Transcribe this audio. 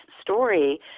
story